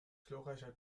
glorreicher